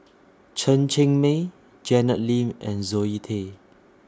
Chen Cheng Mei Janet Lim and Zoe Tay